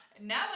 now